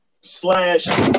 slash